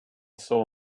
saw